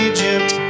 Egypt